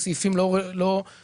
בסעיפים לא רלוונטי,